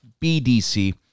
bdc